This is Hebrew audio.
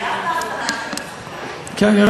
היום חייב את האבחנה של, כנראה.